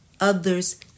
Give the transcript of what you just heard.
other's